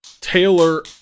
Taylor